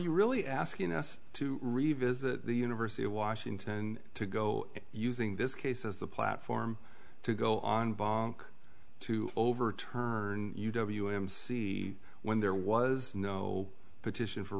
you really asking us to revisit the university of washington to go using this case as the platform to go on to overturn w m c when there was no petition for